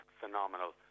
phenomenal